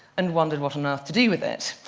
and wondered what on earth to do with it.